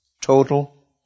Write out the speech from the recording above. total